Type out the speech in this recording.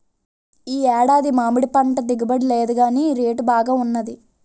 ఈ ఏడాది మామిడిపంట దిగుబడి లేదుగాని రేటు బాగా వున్నది